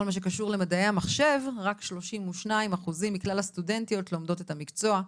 מה שקשור למדעי המחשב רק 32% מכלל הסטודנטיות לומדות את המקצוע,